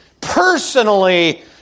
personally